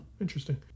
interesting